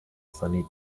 sunny